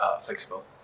flexible